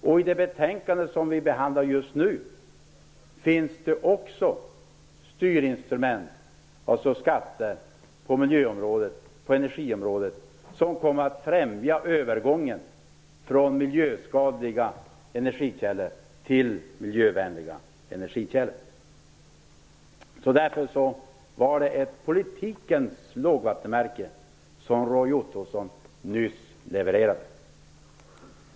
I det betänkande som vi behandlar just nu finns det också styrinstrument, dvs. skatter, på miljöområdet och på energiområdet som kommer att främja övergången från miljöskadliga energikällor till miljövänliga energikällor. Därför var det ett politikens lågvattenmärke som Roy Ottosson nyss uppnådde.